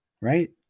Right